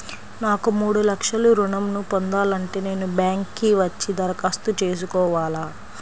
నాకు మూడు లక్షలు ఋణం ను పొందాలంటే నేను బ్యాంక్కి వచ్చి దరఖాస్తు చేసుకోవాలా?